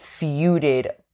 feuded